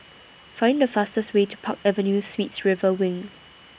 Find The fastest Way to Park Avenue Suites River Wing